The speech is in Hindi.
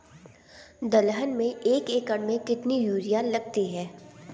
दलहन में एक एकण में कितनी यूरिया लगती है?